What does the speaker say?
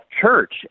church